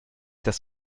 das